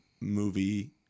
movie